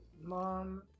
Mom